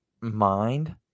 mind